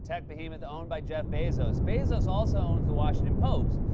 tech behemoth owned by jeff bezos. bezos also owns the washington post,